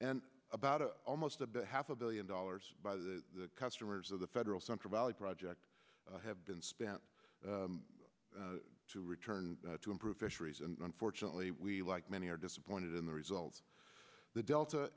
and about a half a billion dollars by the customers of the federal central valley project have been spent to return to improve fisheries and unfortunately we like many are disappointed in the results the delta